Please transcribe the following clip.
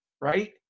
right